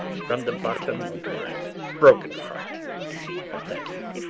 from the bottom of my broken heart i thank you.